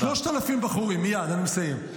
-- 3,000 בחורים, מייד, אני מסיים.